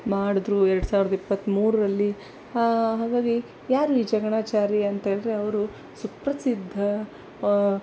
ಮಾಡಿದ್ರು ಎರಡು ಸಾವಿರ್ದ ಇಪ್ಪತ್ತ್ಮೂರರಲ್ಲಿ ಹಾಗಾಗಿ ಯಾರು ಈ ಜಕಣಾಚಾರಿ ಅಂತೇಳಿದರೆ ಅವರು ಸುಪ್ರಸಿದ್ದ